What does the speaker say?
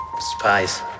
Spies